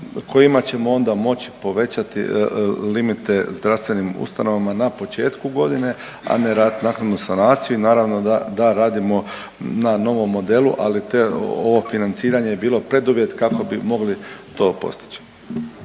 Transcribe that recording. kojima ćemo onda moći povećati limite zdravstvenim ustanovama na početku godine a ne raditi naknadnu sanaciju i naravno da radimo na novom modelu, ali ovo financiranje je bilo preduvjet kako bi mogli to postići.